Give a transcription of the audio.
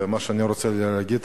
מה שאני רוצה להגיד,